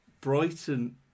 Brighton